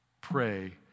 Pray